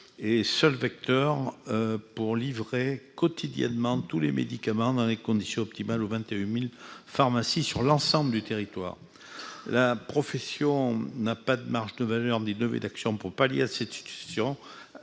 et seul vecteur pour livrer quotidiennement tous les médicaments dans les conditions optimales au 21000 pharmacies sur l'ensemble du territoire, la profession n'a pas de marge de valeur d'action pour pallier à cette situation,